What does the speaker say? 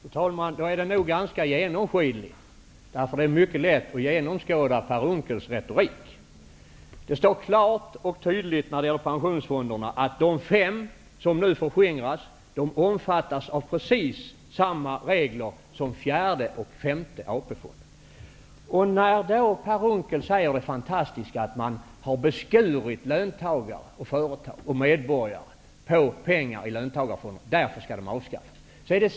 Fru talman! Då är den nog ganska genomskinlig -- det är nämligen mycket lätt att genomskåda Per Det står klart och tydligt när det gäller pensionsfonderna att de fem som nu förskingras omfattas av precis samma regler som fjärde och femte AP-fonden. Per Unckel sade fantastiskt nog att man genom löntagarfonderna har bestulit löntagare, företagare och medborgare på pengar och att fonderna därför skall avskaffas.